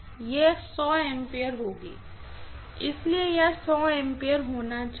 यह A होगी इसलिए यह A होना चाहिए